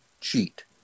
cheat